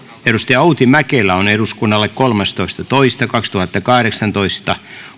outi mäkelä on eduskunnalle kolmastoista toista kaksituhattakahdeksantoista